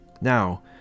Now